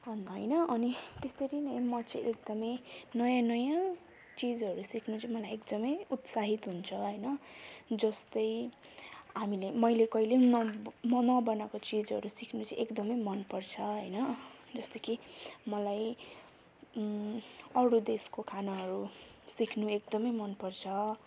होइन अनि त्यसरी नै म चाहिँ एकदमै नयाँ नयाँ चिजहरू सिक्नु चाहिँ मलाई एकदमै उत्साहित हुन्छ होइन जस्तै हामीले मैले कहिले पनि न नबनाएको चिजहरू सिक्नु चाहिँ एकदमै मन पर्छ होइन जस्तो कि मलाई अरू देशको खानाहरू सिक्नु एकदमै मनपर्छ